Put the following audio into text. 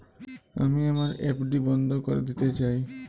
আমি আমার এফ.ডি বন্ধ করে দিতে চাই